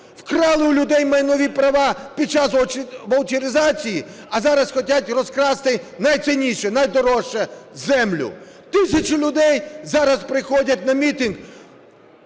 Вкрали у людей майнові права під час ваучеризації, а зараз хочуть розкрасти найцінніше, найдорожче – землю. Тисячі людей зараз приходять на мітинг